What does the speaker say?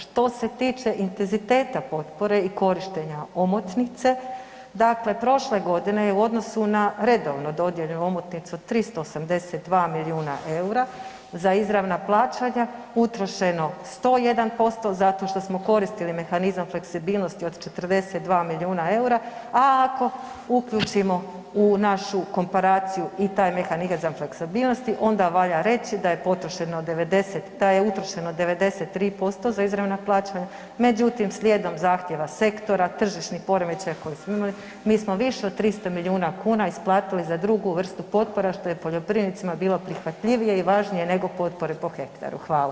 Što se tiče intenziteta potpore i korištenja omotnice, dakle prošle godine u odnosu na redovno dodijeljeno omotnicu 382 milijuna eura za izravna plaćanja utrošeno 101% zato što smo koristili mehanizam fleksibilnosti od 42 milijuna eura, a ako uključimo u našu komparaciju i taj mehanizam fleksibilnosti onda valja reći da je utrošeno 93% za izravna plaćanja, međutim, slijedom zahtjeva sektora, tržišnih poremećaja koje smo imali, mi smo više od 300 milijuna kuna isplatili za drugu vrstu potpora, što je poljoprivrednicima bilo prihvatljivije i važnije nego potpore po hektaru.